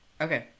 Okay